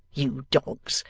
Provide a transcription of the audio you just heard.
you dogs,